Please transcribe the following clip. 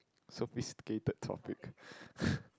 sophisticated topic